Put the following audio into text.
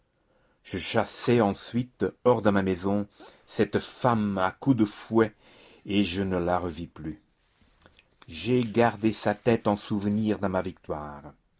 je chassai ensuite hors de ma maison cette femme à coups de fouet et je ne la revis plus j'ai gardé sa tête en souvenir de ma victoire